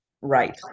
right